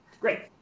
Great